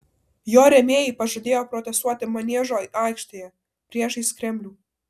jo rėmėjai pažadėjo protestuoti maniežo aikštėje priešais kremlių